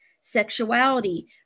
sexuality